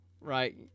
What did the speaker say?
right